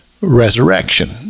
resurrection